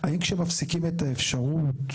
האם כשמפסיקים את האפשרות,